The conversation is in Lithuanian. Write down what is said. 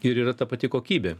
ir yra ta pati kokybė